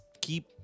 keep